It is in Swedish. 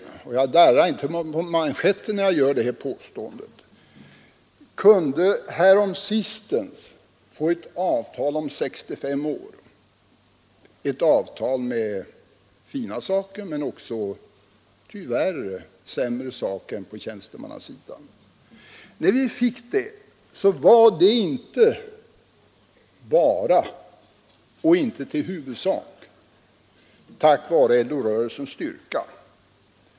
LO kunde häromsistens få till stånd ett avtal om pension vid 65 års ålder — ett avtal med fina saker men tyvärr också med sämre saker än på tjänstemannasidan. När vi fick det avtalet var det inte bara och inte i huvudsak — jag darrar inte på manschetten när jag gör det påståendet — tack vare LO-rörelsens styrka.